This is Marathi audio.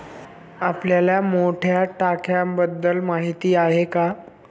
आपल्याला मोठ्या टाक्यांबद्दल माहिती आहे का?